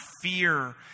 fear